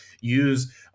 use